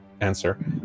answer